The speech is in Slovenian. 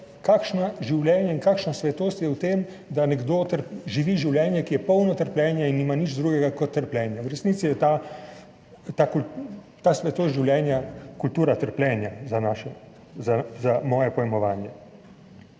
kakšno življenje in kakšna svetost je v tem, da nekdo živi življenje, ki je polno trpljenja in nima nič drugega kot trpljenje. V resnici je ta svetost življenja kultura trpljenja za moje pojmovanje.